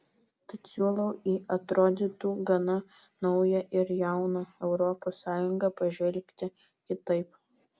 tad siūlau į atrodytų gana naują ir jauną europos sąjungą pažvelgti kitaip